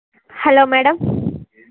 hello madam